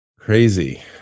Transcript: Crazy